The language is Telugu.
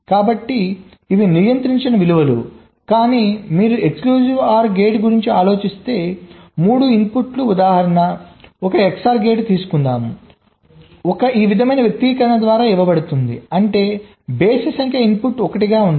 కాబట్టి ఇవి నియంత్రించని విలువలు కానీ మీరు Exclusive OR గేట్ గురించి ఆలోచిస్తే 3 ఇన్పుట్ ఉదాహరణ 1 XOR గేట్ తీసుకుందాం f ఈ విధమైన వ్యక్తీకరణ ద్వారా ఇవ్వబడుతుంది అంటే బేసి సంఖ్య ఇన్పుట్ 1 ఉండాలి